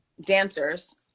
dancers